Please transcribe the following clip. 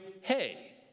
hey